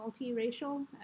multiracial